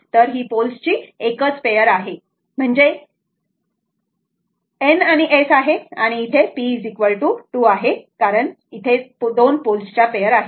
तर ही पोल्स ची 1 पेअर आहे म्हणजे N आणि S आहे आणि इथे p 2 आहे कारण 2 पोल्सच्या पेअर आहेत